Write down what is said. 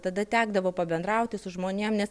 tada tekdavo pabendrauti su žmonėm nes